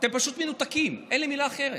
אתם פשוט מנותקים, אין לי מילה אחרת.